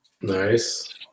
Nice